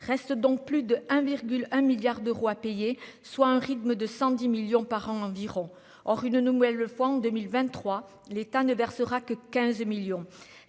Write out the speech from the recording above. reste donc plus d'1,1 milliard d'euros à payer, soit un rythme de 110 millions par an environ, or une nouvelle fois en 2023, l'État ne versera que 15 millions